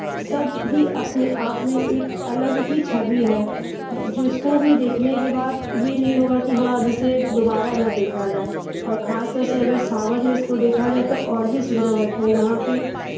सब ही अपने आप में एक अलग ही छवि है जिसको भी देखने के बाद ये नहीं होगा कि हाँ अब इसे दोबारा ना देखा जाए और खास तौर से अगर सावन में इसको देखा जाए तो और भी सुंदर लगता है यहाँ पे